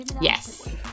Yes